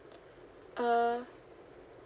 uh